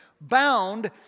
bound